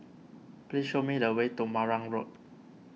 please show me the way to Marang Road